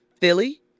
Philly